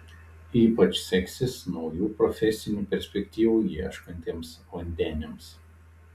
ypač seksis naujų profesinių perspektyvų ieškantiems vandeniams